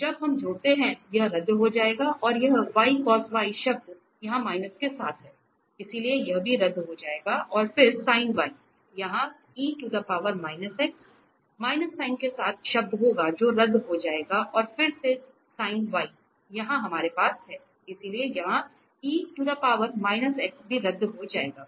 तो यह जब हम जोड़ते हैं यह रद्द हो जाएगा और यह y cos y शब्द यहां माइनस के साथ है इसलिए यह भी रद्द हो जाएगा और फिर sin y यहां माइनस साइन के साथ शब्द होगा जो रद्द हो जाएगा और फिर से sin y यहां हमारे पास है इसलिए यहां भी रद्द हो जाएगा